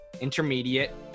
intermediate